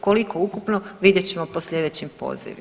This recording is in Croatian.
Koliko ukupno vidjet ćemo po slijedećim pozivima.